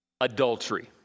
adultery